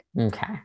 Okay